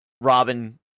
Robin